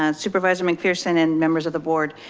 and supervisor mcpherson and members of the board.